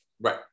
right